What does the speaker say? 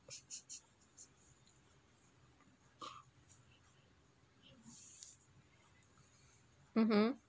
mmhmm